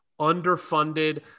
underfunded